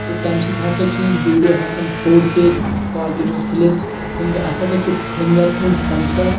تہٕ تَمہِ سۭتۍ ہسا چھِ یِم ویٖڈیو ہٮ۪کان فور کے کالٹی منٛز تُلِتھ فنٛگر اَتھ ہسا چھُ فِنگر پرنٹ سینسر